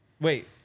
wait